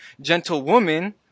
gentlewoman